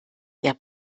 der